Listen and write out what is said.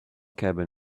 cabin